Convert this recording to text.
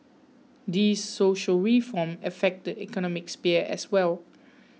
these social reforms affect the economic sphere as well